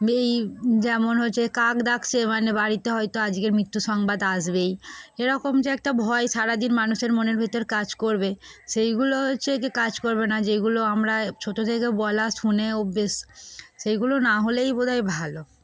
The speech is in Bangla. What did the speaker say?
এই যেমন হচ্ছে কাক ডাকছে মানে বাড়িতে হয়তো আজকের মৃত্যু সংবাদ আসবেই এরকম যে একটা ভয় সারাদিন মানুষের মনের ভেতর কাজ করবে সেইগুলো হচ্ছে কি কাজ করবে না যেইগুলো আমরা ছোটো থেকে বলা শুনে অভ্যেস সেইগুলো না হলেই বোধহয় ভালো